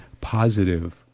positive